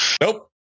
Nope